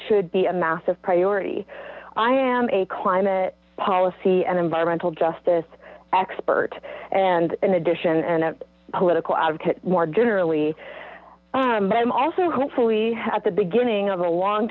should be a massive priority i am a climate policy and environmental justice expert and an addition and a political more generally i'm also hopefully at the beginning of a long